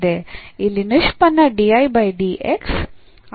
ಇಲ್ಲಿ ನಿಷ್ಪನ್ನ ಆಗಿದೆ